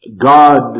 God